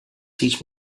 teach